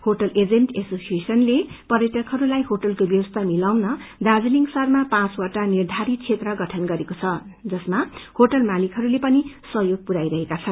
hotel agent एशोसिएशनले पर्यटकहरूलाई होटलको ब्यवस्था मिलाउन दार्जीलिङ शहरमा पाँचवटा निर्धारित क्षेत्र गठन गरेको छ जसमा होटल मालिकहरूले पनि सहयोग पुर्याई रहेका छन्